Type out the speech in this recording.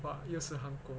!wah! 又是韩国